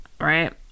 right